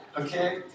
Okay